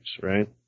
right